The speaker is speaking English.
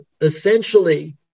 essentially